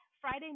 Friday